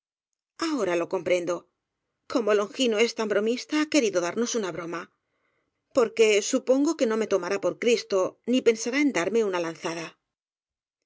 ahora lo comprendo como longino es tan bromista ha querido darnos una broma porque supongo que no me tomará por cristo ni pensará en darme una lanzada